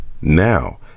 Now